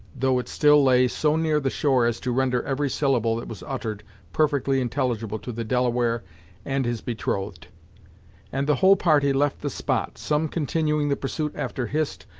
though it still lay so near the shore as to render every syllable that was uttered perfectly intelligible to the delaware and his betrothed and the whole party left the spot, some continuing the pursuit after hist,